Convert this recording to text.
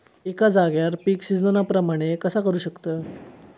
एका जाग्यार पीक सिजना प्रमाणे कसा करुक शकतय?